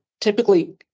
typically